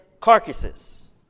carcasses